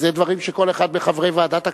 אלה דברים שכל אחד מחברי ועדת הכספים,